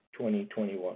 2021